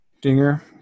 Dinger